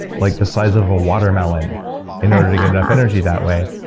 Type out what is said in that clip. like, the size of a watermelon in order to get enough energy that way.